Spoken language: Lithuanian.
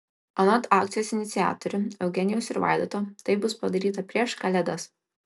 anot akcijos iniciatorių eugenijaus ir vaidoto tai bus padaryta prieš kalėdas